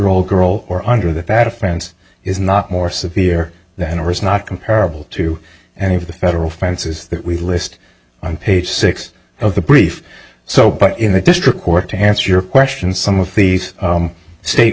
old girl or under that that offense is not more severe than or is not comparable to any of the federal fences that we list on page six of the brief so but in the district court to answer your question some of these state